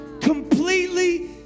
Completely